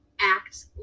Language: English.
act